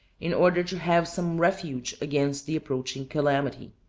in order to have some refuge against the approaching calamity.